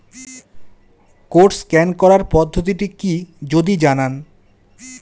Code scan করার পদ্ধতিটি কি যদি জানান?